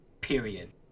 period